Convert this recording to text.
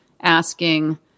asking